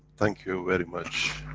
thank you very much.